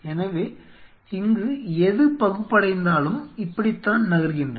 எனவே இங்கு எது பகுப்படைந்தாலும் இப்படித்தான் நகர்கின்றன